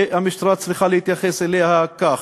והמשטרה צריכה להתייחס אליה כך.